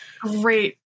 great